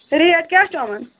rate کیٛاہ چھِ حظ یِمَن